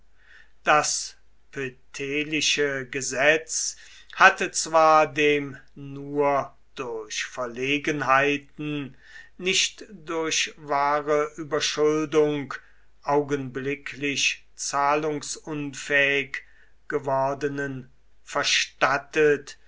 das poetelische gesetz hatte zwar dem nur durch verlegenheiten nicht durch wahre überschuldung augenblicklich zahlungsunfähig gewordenen verstattet